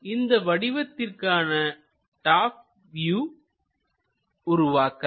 இந்த வடிவத்திற்கான top view உருவாக்கலாம்